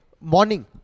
Morning